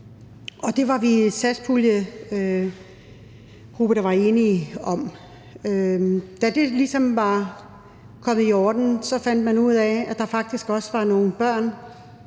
Og det var vi en satspuljegruppe der var enige om. Da det ligesom var kommet i orden, fandt man ud af, at der faktisk også var nogle børn,